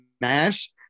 mash